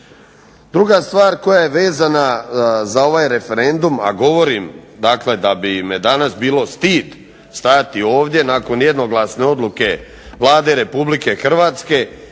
Druga stvar koja je vezana za ovaj referendum, a govorim dakle da bi me danas bilo stid stajati ovdje nakon jednoglasne odluke Vlade RH i nakon